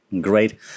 Great